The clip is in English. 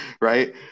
right